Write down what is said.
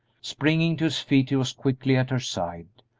springing to his feet he was quickly at her side.